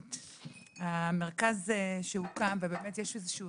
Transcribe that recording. היום יום שלישי, ז' באדר